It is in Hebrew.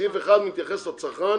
סעיף (1) מתייחס לצרכן,